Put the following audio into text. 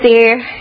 see